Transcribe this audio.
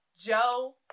Joe